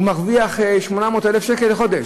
הוא מרוויח 800,000 שקל לחודש.